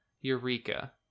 Eureka